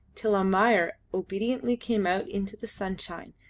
till almayer obediently came out into the sunshine,